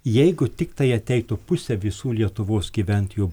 jeigu tiktai ateitų pusė visų lietuvos gyventojų